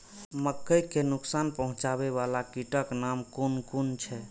मके के नुकसान पहुँचावे वाला कीटक नाम कुन कुन छै?